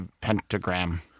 pentagram